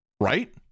right